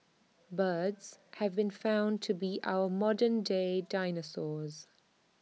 birds have been found to be our modern day dinosaurs